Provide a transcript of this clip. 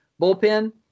Bullpen